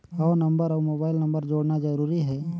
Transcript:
हव नंबर अउ mobile number जोड़ना जरूरी हे?